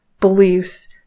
beliefs